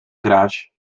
grać